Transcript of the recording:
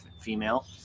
female